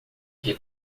que